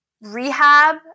rehab